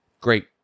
great